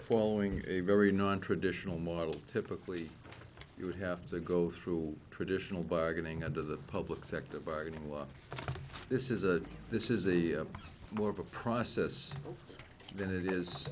following a very nontraditional model typically you would have to go through traditional bargaining and to the public sector bargain while this is a this is a more of a process than it is